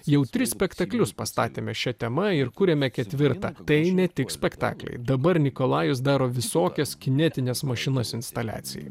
jau tris spektaklius pastatėme šia tema ir kuriame ketvirtą tai ne tik spektakliai dabar nikolajus daro visokias kinetines mašinas instaliacijai